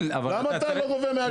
למה אתה לא גובה 100 שקלים?